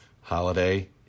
holiday